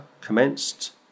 commenced